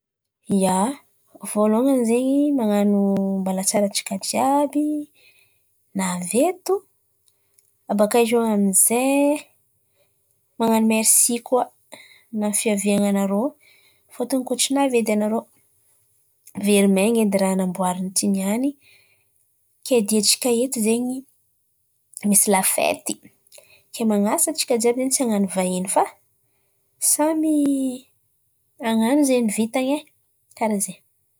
Ia, vôalohany zen̈y man̈ano mbalatsara antsika jiàby navy eto. Abakà eo amin'izay man̈ano mersy koà ny amin'ny fiaviananarô fôtony kôa tsy navy edy anarô very main̈a edy ràha namboarin̈y ty niany. Kay diantsika eto zen̈y misy lafety kay man̈asa antsika jiàby zen̈y tsy han̈ano vahiny fa samy han̈ano zen̈y vitany e, kàra zen̈y.